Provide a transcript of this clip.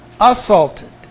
Assaulted